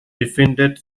befindet